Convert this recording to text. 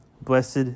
Blessed